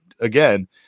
again